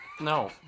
No